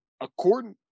According